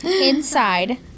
Inside